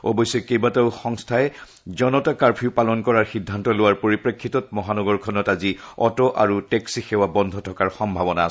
অৱশ্যে কেইবাটাও সন্থাই জনতা কাৰ্ফিউ পালন কৰাৰ সিদ্ধান্ত লোৱাৰ পৰিপ্ৰেক্ষিতত মহানগৰখনত আজি অট' আৰু টেক্সি সেৱা বন্ধ থকাৰ সম্ভাৱনা আছে